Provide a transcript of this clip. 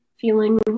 feeling